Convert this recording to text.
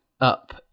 up